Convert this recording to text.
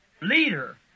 leader